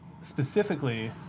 specifically